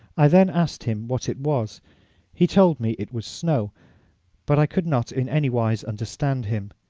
i then asked him what it was he told me it was snow but i could not in anywise understand him.